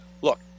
Look